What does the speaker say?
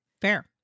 Fair